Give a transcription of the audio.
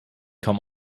kaum